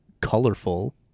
colorful